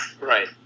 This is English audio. right